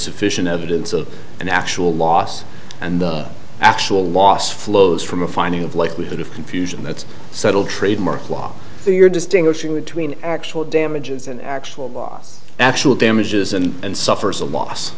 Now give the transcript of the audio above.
sufficient evidence of an actual loss and the actual loss flows from a finding of likelihood of confusion that's settled trademark law to your distinguishing between actual damages and actual loss actual damages and suffers a loss